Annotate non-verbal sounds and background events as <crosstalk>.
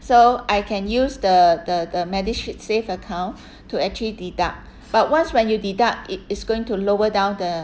so I can use the the the MediShield save account <breath> to actually deduct but once when you deduct it it's going to lower down the